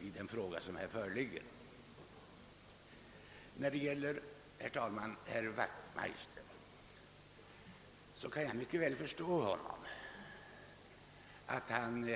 om den fråga som här föreligger. Jag kan mycket väl förstå herr Wachtmeister.